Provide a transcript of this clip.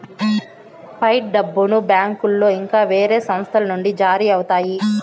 fight డబ్బును బ్యాంకులో ఇంకా వేరే సంస్థల నుండి జారీ అవుతాయి